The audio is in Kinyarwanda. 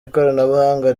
ikoranabuhanga